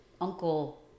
uncle